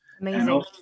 Amazing